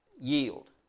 Yield